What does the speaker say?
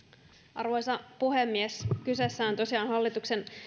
arvoisa puhemies kyseessä on tosiaan hallituksen